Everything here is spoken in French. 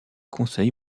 conseils